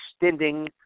extending